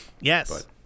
Yes